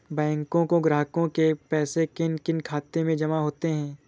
बैंकों में ग्राहकों के पैसे किन किन खातों में जमा होते हैं?